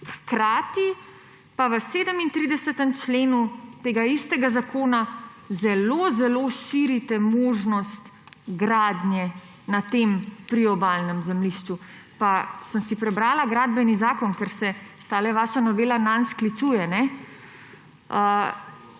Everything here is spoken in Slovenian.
hkrati pa v 37. členu tega istega zakona zelo zelo širite možnost gradnje na tem priobalnem zemljišču. Sem si prebrala Gradbeni zakon, ker se ta vaša novela nanj sklicuje,